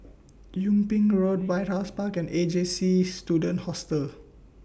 Yung Ping Road White House Park and A J C Student Hostel